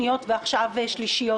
שניות ועכשיו שלישיות,